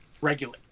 regulate